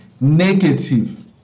negative